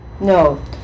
no